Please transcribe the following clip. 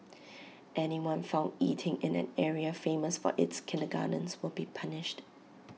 anyone found eating in an area famous for its kindergartens will be punished